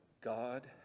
God